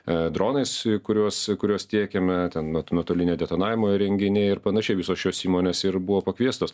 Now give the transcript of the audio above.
e dronais kuriuos kuriuos tiekiame ten nuoto nuotolinio detonavimo įrenginiai ir panašiai visos šios įmonės ir buvo pakviestos